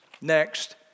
Next